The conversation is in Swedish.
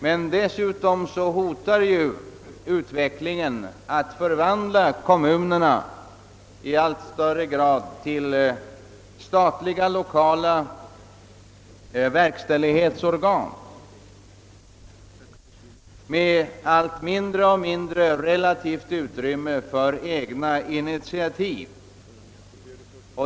Men dessutom hotar utvecklingen att i allt större utsträckning förvandla kommunerna till statliga lokala verkställighetsorgan med alit mindre utrymme för egna initiativ.